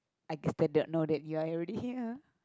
I guess I don't know that you are already here